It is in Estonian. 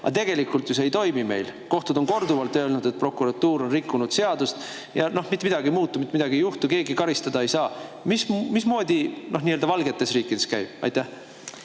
Aga tegelikult see ju ei toimi meil. Kohtud on korduvalt öelnud, et prokuratuur on rikkunud seadust, ja mitte midagi ei muutu, mitte midagi ei juhtu, keegi karistada ei saa. Mismoodi see nii-öelda valgetes riikides käib? Aitäh!